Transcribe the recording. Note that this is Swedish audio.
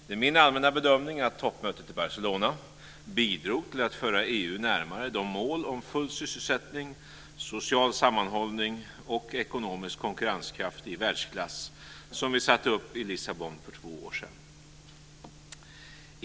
Det är min allmänna bedömning att toppmötet i Barcelona bidrog till att föra EU närmare de mål om full sysselsättning, social sammanhållning och ekonomisk konkurrenskraft i världsklass som vi satte upp i Lissabon för två år sedan.